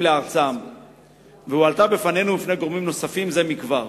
לארצם הועלה בפנינו ובפני גורמים נוספים זה מכבר.